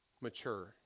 mature